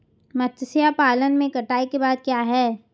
मत्स्य पालन में कटाई के बाद क्या है?